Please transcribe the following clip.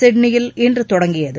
சிட்னியில் இன்று தொடங்கியது